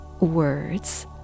words